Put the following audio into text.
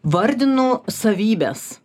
vardinu savybes